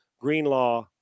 Greenlaw